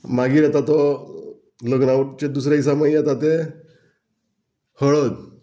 मागीर येता तो लग्नावटचे दुसरे हिसां मै येता ते हळद